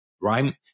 right